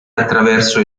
attraverso